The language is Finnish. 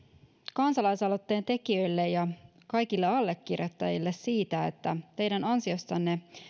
kansalaisaloitteen tekijöille ja kaikille allekirjoittajille siitä että teidän ansiostanne